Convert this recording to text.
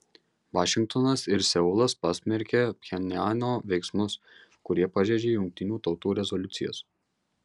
vašingtonas ir seulas pasmerkė pchenjano veiksmus kurie pažeidžia jungtinių tautų rezoliucijas